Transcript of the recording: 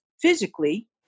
physically